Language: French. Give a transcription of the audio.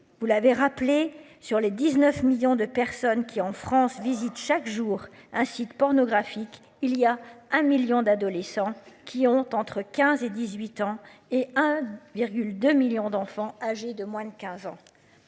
Vous l'avez rappelé, sur les 19 millions de personnes qui en France visite chaque jour un site pornographique. Il y a un million d'adolescents qui ont entre 15 et 18 ans et 1,2 millions d'enfants âgés de moins de 15 ans.